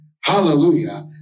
Hallelujah